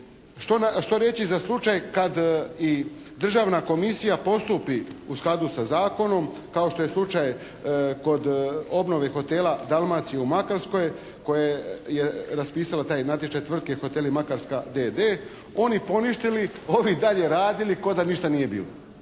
Što reći za slučaj kada i državna komisija postupi u skladu sa zakonom kao što je slučaj kod obnove hotela "Dalmacije" u Makarskoj koje je raspisalo taj natječaj tvrtke Hoteli Makarska d.d. Oni poništili, ovi i dalje radili ko' da ništa nije bilo.